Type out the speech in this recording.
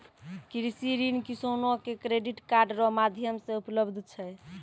कृषि ऋण किसानो के क्रेडिट कार्ड रो माध्यम से उपलब्ध छै